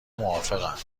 موافقم